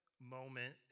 moment